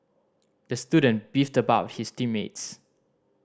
the student beefed about his team mates